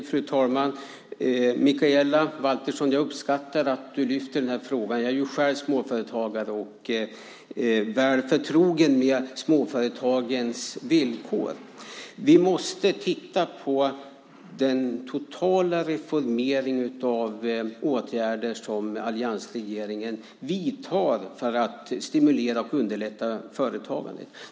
Fru talman! Jag uppskattar att du lyfter upp den här frågan, Mikaela Valtersson. Jag är själv småföretagare och väl förtrogen med småföretagens villkor. Vi måste titta på den totala reformeringen och de åtgärder som alliansregeringen vidtar för att stimulera och underlätta företagande.